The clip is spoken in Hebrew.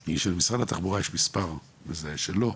היא שלמשרד התחבורה יש מספר מזהה משלו,